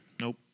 Nope